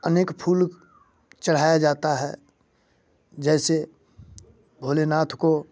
अनेक फूल चढ़ाया जाता है जैसे भोलेनाथ को